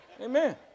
Amen